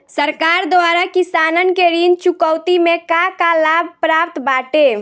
सरकार द्वारा किसानन के ऋण चुकौती में का का लाभ प्राप्त बाटे?